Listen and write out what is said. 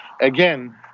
Again